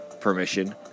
permission